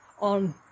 on